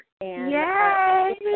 Yay